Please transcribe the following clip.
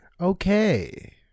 Okay